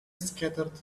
scattered